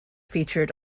featured